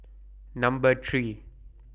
Number three